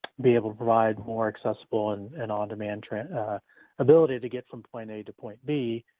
be able to provide more accessible and and on-demand ability to get from point a to point b,